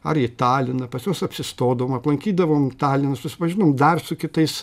ar į taliną pas juos apsistodavom aplankydavom taliną susipažinom dar su kitais